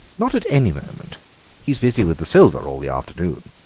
not at any moment he's busy with the silver all the afternoon.